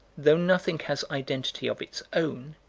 though nothing has identity of its own,